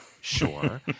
Sure